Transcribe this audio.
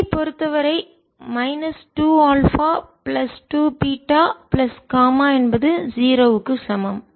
2α3β 1 I பொறுத்தவரை minus 2 alpha plus 2 beta plus gamma என்பது 0 க்கு சமம்